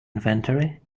inventory